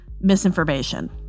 misinformation